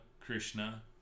Krishna